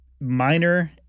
minor